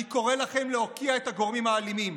אני קורא לכם להוקיע את הגורמים האלימים,